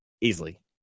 Easily